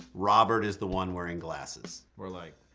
robert is the one wearing glasses. we're like,